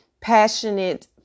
passionate